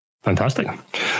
Fantastic